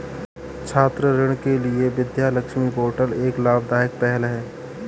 छात्र ऋण के लिए विद्या लक्ष्मी पोर्टल एक लाभदायक पहल है